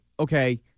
okay